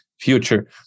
future